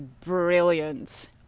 brilliant